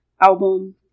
album